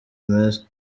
meza